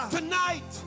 Tonight